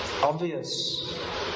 obvious